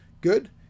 good